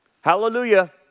Hallelujah